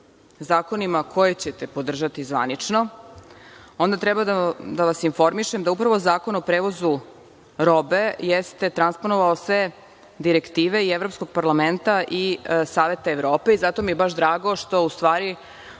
zakonima koje ćete podržati zvanično, onda treba da vas informišem da upravo Zakon o prevozu robe jeste transponovao sve direktive i Evropskog parlamenta i Saveta Evrope i zato mi je baš drago što se u stvari